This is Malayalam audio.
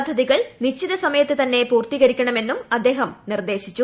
പദ്ധതികൾ നിശ്ചിതസമയത്ത് തന്നെ പൂർത്തീകരിക്കണമെന്നും അദ്ദേഹം നിർദ്ദേശിച്ചു